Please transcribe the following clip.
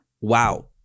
Wow